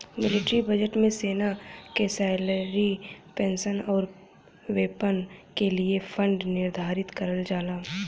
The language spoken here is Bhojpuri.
मिलिट्री बजट में सेना क सैलरी पेंशन आउर वेपन क लिए फण्ड निर्धारित करल जाला